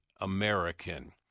American